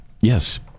Yes